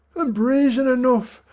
and brazen enough,